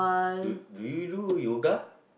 do do you do yoga